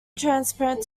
transparent